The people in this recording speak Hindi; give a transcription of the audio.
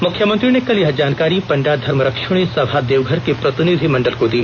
मुख्यमंत्री ने कल यह जानकारी पण्डा धर्मरक्षिणी सभा देवघर के प्रतिनिधि मंडल को दी